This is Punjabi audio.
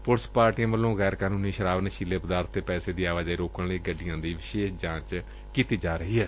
ਪੁਲਿਸ ਪਾਰਟੀਆਂ ਵੱਲੋਂ ਗੈਰ ਕਾਨੂੰਨੀ ਸ਼ਰਾਬ ਨਸ਼ੀਲੇ ਪਦਾਰਥਾਂ ਅਤੇ ਪੈਸੇ ਦੀ ਆਵਾਜਾਈ ਨੂੰ ਰੋਕਣ ਲਈ ਗੱਡੀਆਂ ਦੀ ਵਿਸ਼ੇਸ਼ ਜਾਂਚ ਕੀਤੀ ਜਾ ਰਹੀ ਹੈ